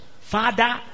father